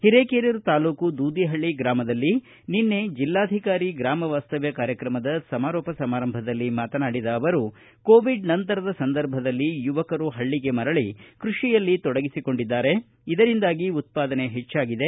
ಒರೇಕೆರೂರು ತಾಲೂಕು ದೂದಿಹಳ್ಳಿ ಗ್ರಾಮದಲ್ಲಿ ಜಿಲ್ಲಾಧಿಕಾರಿ ಗ್ರಾಮ ವಾಸ್ತವ್ಯ ಕಾರ್ಯಕ್ರಮದ ಸಮಾರೋಪ ಸಮಾರಂಭದಲ್ಲಿ ಮಾತನಾಡಿದ ಅವರು ಕೋವಿಡ್ ನಂತರದ ಸಂದರ್ಭದಲ್ಲಿ ಯುವಕರು ಪಳ್ಳಿಗೆ ಮರಳಿ ಕೃಷಿಯಲ್ಲಿ ತೊಡಗಿಸಿಕೊಂಡಿದ್ದಾರೆ ಇದರಿಂದಾಗಿ ಉತ್ಪಾದನೆ ಹೆಚ್ಚಾಗಿದೆ